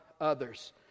others